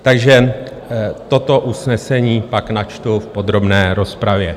Takže toto usnesení pak načtu v podrobné rozpravě.